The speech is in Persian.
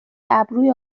ابروی